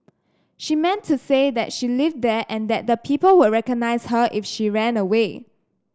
she meant to say that she lived there and that people would recognise her if she ran away